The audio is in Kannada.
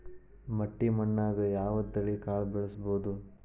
ಮಟ್ಟಿ ಮಣ್ಣಾಗ್, ಯಾವ ತಳಿ ಕಾಳ ಬೆಳ್ಸಬೋದು?